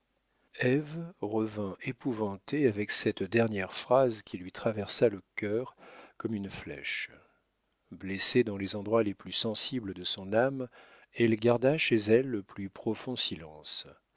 revint épouvantée avec cette dernière phrase qui lui traversa le cœur comme une flèche blessée dans les endroits les plus sensibles de son âme elle garda chez elle le plus profond silence